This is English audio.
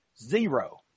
zero